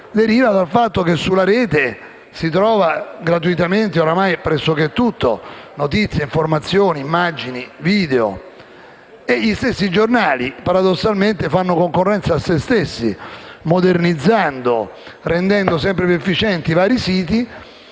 deriva dal fatto che sulla rete si trova, ormai gratuitamente, pressoché tutto: notizie, informazioni, immagini, video. Gli stessi giornali, paradossalmente, fanno concorrenza a se stessi, modernizzando e rendendo sempre più efficienti i vari siti.